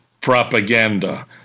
propaganda